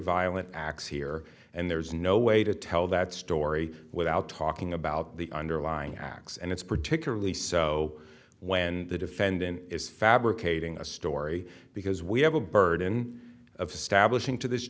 violent acts here and there's no way to tell that story without talking about the underlying acts and it's particularly so when the defendant is fabricating a story because we have a burden of stablish into this